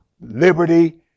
liberty